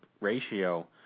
ratio